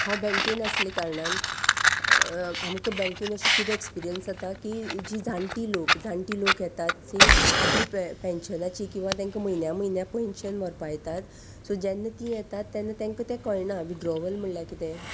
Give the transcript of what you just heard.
हांव बँकेन आसले कारणान आमकां बँकेन अशी खूब एक्सपिरियंस जाता की जी जाणटी लोक जाणटी लोक येतात ती आपली पे पेन्शनाची किंवां तांकां म्हयन्या म्हयन्या पेन्शन व्हरपा येतात सो जेन्ना ती येतात तेन्ना तांकां तें कळना विथड्रॉवल म्हणल्यार कितें